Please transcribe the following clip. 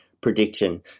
prediction